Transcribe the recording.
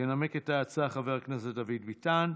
ינמק את ההצעה חבר הכנסת דוד ביטן.